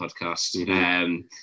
podcast